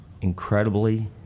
incredibly